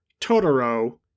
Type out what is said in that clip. Totoro